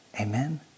Amen